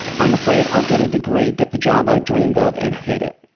i'm afraid i'll get a degree, get the job i dreamed of, and hate it.